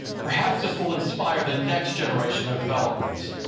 perhaps this will inspire the next generation of developers.